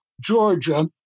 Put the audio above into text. Georgia